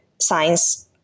science